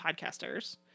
podcasters